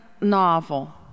novel